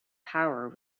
power